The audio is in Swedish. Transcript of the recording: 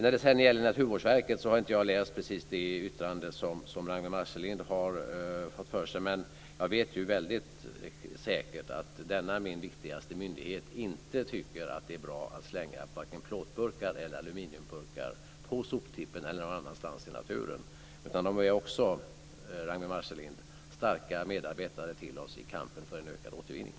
När det gäller Naturvårdsverket har jag inte läst just det yttrande som Ragnwi Marcelind har fått, men jag vet säkert att denna min viktigaste myndighet inte tycker att det är bra att slänga vare sig plåtburkar eller aluminiumburkar på soptippen eller kasta dem i naturen. De är också starka medarbetare till oss i kampen för en ökad återvinning.